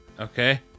Okay